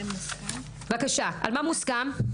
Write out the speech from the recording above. בבקשה, על מה מוסכם?